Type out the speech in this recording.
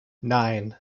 nine